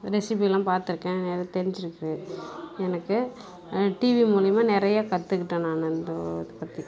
ரெசிப்பியெலாம் பார்த்துருக்கேன் நல்லா தெரிஞ்சுருக்கு எனக்கு டிவி மூலிமா நிறைய கற்றுக்கிட்டேன் நான் அந்த பற்றி